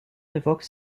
évoque